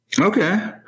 okay